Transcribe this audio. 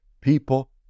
people